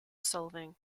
solving